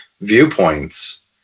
viewpoints